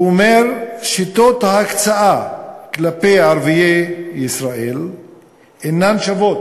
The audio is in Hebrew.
הוא אומר: שיטות ההקצאה כלפי ערביי ישראל אינן שוות.